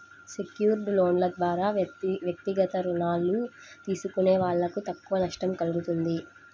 secured లోన్ల ద్వారా వ్యక్తిగత రుణాలు తీసుకునే వాళ్ళకు తక్కువ నష్టం కల్గుతుంది